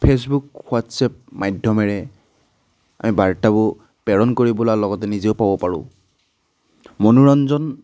Facebook WhatsApp মাধ্যমেৰে আমি বাৰ্তাবোৰ প্ৰেৰণ কৰি ব পেলাই লগতে নিজেও পাব পাৰোঁ মনোৰঞ্জন